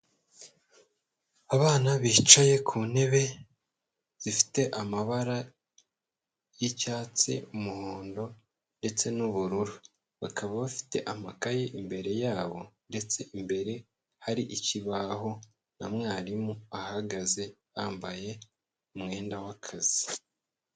Abana bicaye ku ntebe zifite amabara y'icyatsi, umuhondo ndetse n'ubururu, bakaba bafite amakaye imbere yabo, ndetse imbere hari ikibaho na mwarimu ahagaze yambaye umwenda w'akazi.